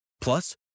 Plus